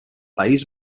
país